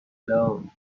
loan